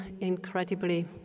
incredibly